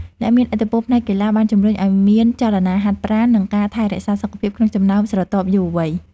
អ្នកមានឥទ្ធិពលផ្នែកកីឡាបានជំរុញឱ្យមានចលនាហាត់ប្រាណនិងការថែរក្សាសុខភាពក្នុងចំណោមស្រទាប់យុវវ័យ។